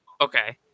Okay